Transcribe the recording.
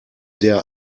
der